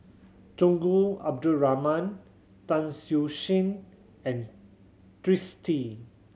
Tunku Abdul Rahman Tan Siew Sin and Twisstii